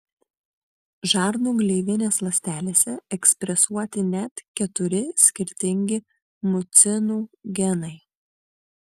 žarnų gleivinės ląstelėse ekspresuoti net keturi skirtingi mucinų genai